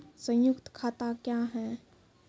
संयुक्त खाता क्या हैं?